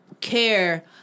care